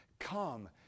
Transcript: Come